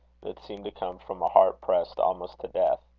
that seemed to come from a heart pressed almost to death.